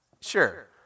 Sure